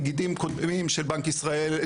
נגידים קודמים של בנק ישראל.